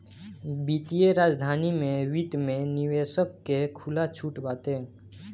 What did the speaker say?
वित्तीय राजधानी में वित्त में निवेशक के खुला छुट बाटे